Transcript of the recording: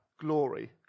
glory